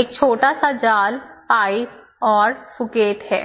एक छोटा सा जाल पाइप और फुकेट है